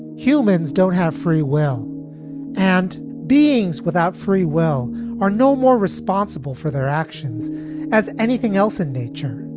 humans don't have free will and beings without free well are no more responsible for their actions as anything else in nature,